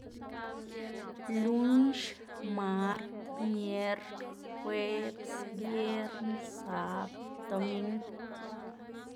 lunx, mart, mierk, juebs, biern, sabd, doming.